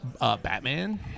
Batman